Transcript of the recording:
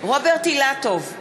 רוברט אילטוב,